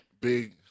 big